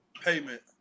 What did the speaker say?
payment